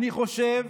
אני חושב